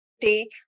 take